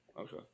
Okay